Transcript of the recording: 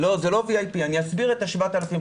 לא, זה לא ה-VIP, אני אסביר את המספר הזה